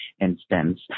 instance